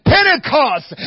Pentecost